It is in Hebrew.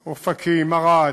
אופקים, ערד,